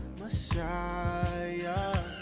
messiah